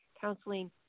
counseling